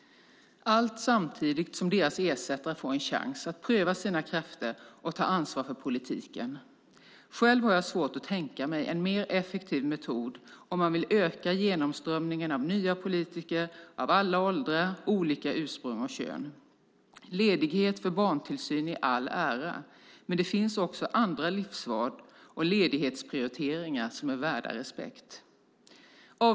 Allt samtidigt som deras ersättare skulle få en chans att pröva sina krafter och ta ansvar för politiken. Själv har jag svårt att tänka mig en mer effektiv metod om man vill öka genomströmningen av nya politiker av alla åldrar, olika ursprung och kön. Ledighet för barntillsyn i all ära, men det finns även andra livsval och ledighetsprioriteringar som är värda respekt. Herr talman!